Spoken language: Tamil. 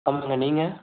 ஆமாம்ங்க நீங்கள்